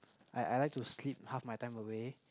I I like to sleep half my time away